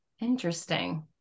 Interesting